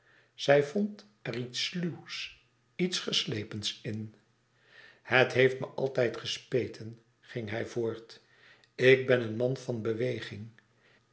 zij vond er iets sluws iets geslepens in het heeft me altijd gespeten ging hij voort ik ben een man van beweging